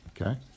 Okay